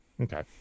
Okay